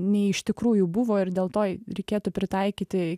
nei iš tikrųjų buvo ir dėl to reikėtų pritaikyti